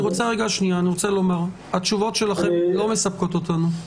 אני רוצה לומר, התשובות שלכם לא מספקות אותנו.